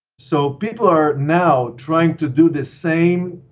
so people are now trying to do the same